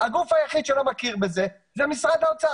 הגוף היחיד שלא מכיר בזה זה משרד האוצר